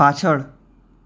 પાછળ